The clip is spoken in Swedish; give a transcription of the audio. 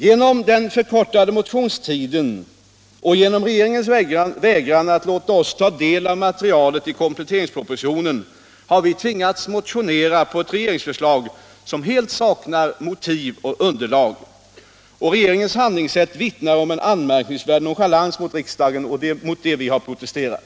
På grund av förkortningen av motionstiden och regeringens vägran att låta oss ta del av materialet i kompletteringspropositionen har vi tvingats motionera med anledning av ett regeringsförslag som helt saknar motiv och underlag. Regeringens handlingssätt vittnar om en anmärkningsvärd nonchalans mot riksdagen, och det är mot detta vi har protesterat.